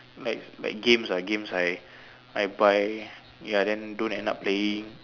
like like games ah games I I buy ya then don't end up playing